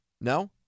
no